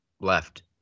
left